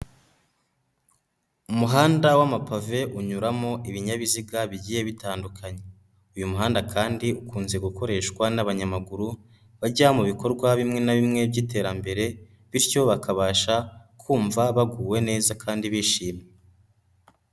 Umuhanda w'amapave unyuramo ibinyabiziga bigiye bitandukanye. Uyu muhanda kandi ukunze gukoreshwa n'abanyamaguru bajya mu bikorwa bimwe na bimwe by'iterambere, bityo bakabasha kumva baguwe neza kandi bishimye.